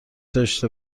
داشته